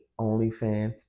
OnlyFans